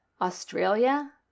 Australia